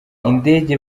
indege